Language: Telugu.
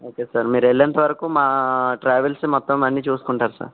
ఓకే సార్ మీరు వెళ్ళేంత వరకూ మా ట్రావెల్స్ మొత్తం అన్నీ చూసుకుంటుంది సార్